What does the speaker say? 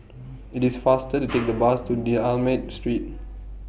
IT IS faster to Take The Bus to D'almeida Street